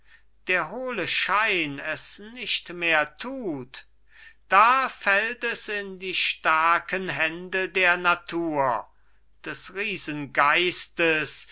der hohle schein es nicht mehr tut da fällt es in die starken hände der natur des